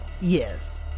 Yes